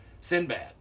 Sinbad